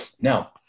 Now